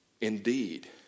indeed